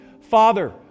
Father